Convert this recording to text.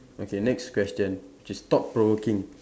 okay next question which is thought provoking